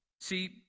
See